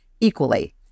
equally